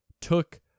took